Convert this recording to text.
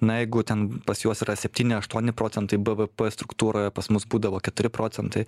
na jeigu ten pas juos yra septyni aštuoni procentai bvp struktūroje pas mus būdavo keturi procentai